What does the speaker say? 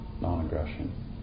non-aggression